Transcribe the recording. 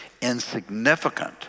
insignificant